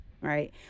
right